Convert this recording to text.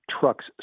trucks